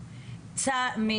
כולם מבולבלים,